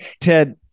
Ted